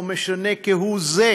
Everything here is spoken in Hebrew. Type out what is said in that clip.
לא משנה כהוא זה,